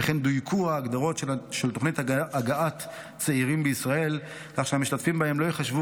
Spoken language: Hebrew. וכן דויקו ההגדרות של תוכניות הגעת צעירים לישראל שהמשתתפים בהן לא ייחשבו